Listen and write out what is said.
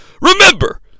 Remember